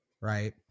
right